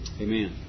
Amen